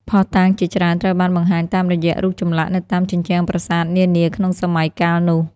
ភស្តុតាងជាច្រើនត្រូវបានបង្ហាញតាមរយៈរូបចម្លាក់នៅតាមជញ្ជាំងប្រាសាទនានាក្នុងសម័យកាលនោះ។